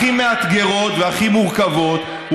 הכי מאתגרות והכי מורכבות.